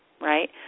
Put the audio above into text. Right